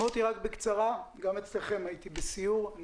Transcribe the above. גם אצלכם הייתי בסיור.